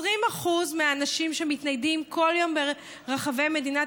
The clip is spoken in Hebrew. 20% מהאנשים מתניידים כל יום ברחבי מדינת